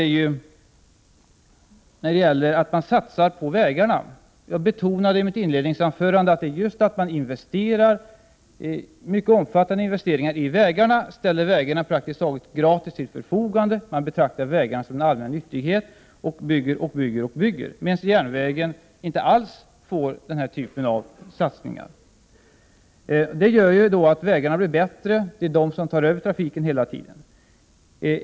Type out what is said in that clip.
Ett annat exempel gäller satsningen på vägarna. I mitt inledningsanförande framhöll jag att man gör omfattande investeringar i vägarna och ställer dem till förfogande praktiskt taget gratis. Man betraktar vägarna som en allmän nyttighet och bara bygger och bygger, medan man inte alls satsar på samma sätt på järnvägarna. Detta gör att vägarna blir bättre och att de hela tiden tar över trafiken.